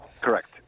Correct